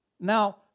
Now